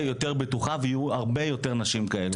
יותר בטוחה ויהיו הרבה יותר נשים כאלה.